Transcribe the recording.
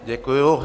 Děkuju.